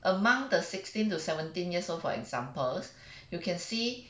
among the sixteen to seventeen years old for examples you can see